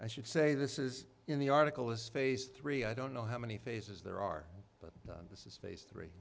i should say this is in the article is phase three i don't know how many phases there are but this is phase three